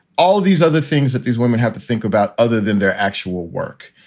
all these other things that these women have to think about other than their actual work.